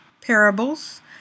Parables